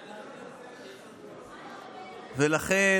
לכן,